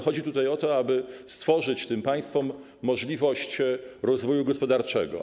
Chodzi tutaj o to, aby stworzyć tym państwom możliwość rozwoju gospodarczego.